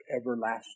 everlasting